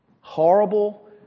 horrible